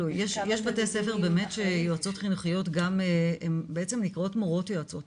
יש בתי ספר שגם יועצות חינוכיות שגם בעצם נקראות "מורות יועצות",